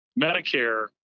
Medicare